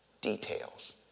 details